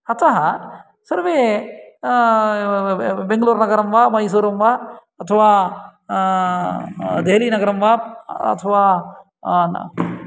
अतः सर्वे बेङ्गलोर्नगरं वा मैसूरूं वा अथवा देहलीनगरं वा अथवा